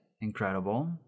Incredible